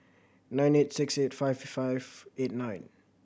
nine eight six eight five five eight nine